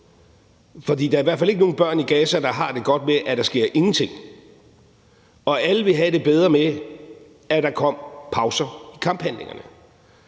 For der er i hvert fald ikke nogen børn i Gaza, der har det godt med, at der sker ingenting. Og alle vil have det bedre med, at der kom pauser i kamphandlingerne.